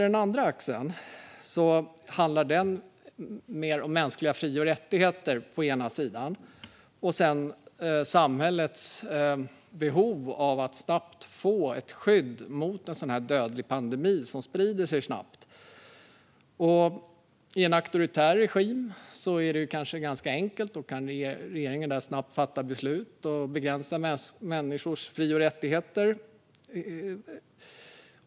Den andra axeln handlar mer om mänskliga fri och rättigheter å ena sidan och å andra sidan samhällets behov av att snabbt få ett skydd mot en sådan här dödlig pandemi som sprider sig snabbt. I en auktoritär regim är det kanske ganska enkelt; där kan regeringen snabbt fatta beslut och begränsa människors fri och rättigheter.